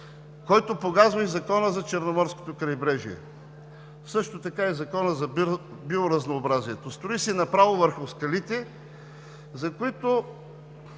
който погазва и Закона за Черноморското крайбрежие, също така и Закона за биоразнообразието – строи се направо върху скалите, за което,